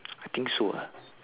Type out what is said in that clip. I think so ah